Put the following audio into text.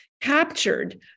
captured